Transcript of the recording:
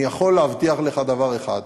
אני יכול להבטיח לך דבר אחד: